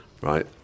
Right